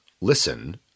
Listen